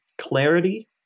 clarity